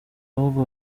ahubwo